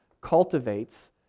cultivates